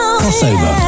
crossover